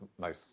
nice